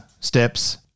steps